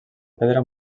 pedra